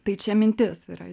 tai čia mintis yra